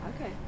Okay